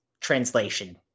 translation